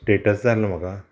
status जाय आहलो म्हाका